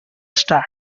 start